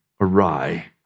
awry